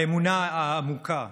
האמונה העמוקה